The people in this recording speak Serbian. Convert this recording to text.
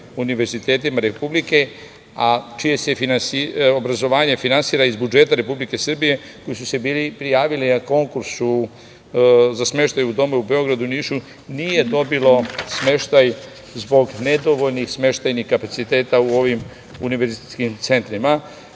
univerzitetima republike, a čiji se obrazovanje finansira iz budžeta Republike Srbije, koji su se bili prijavili na konkurs za smeštaj u domove u Beogradu i Nišu, nije dobilo smeštaj zbog nedovoljnih smeštajnih kapaciteta u ovim univerzitetskim centrima.